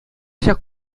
ҫак